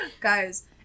Guys